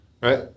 Right